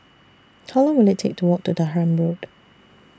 How Long Will IT Take to Walk to Durham Road